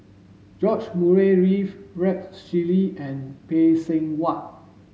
George Murray Reith Rex Shelley and Phay Seng Whatt